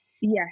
yes